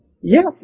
Yes